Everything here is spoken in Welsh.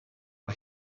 mae